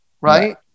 right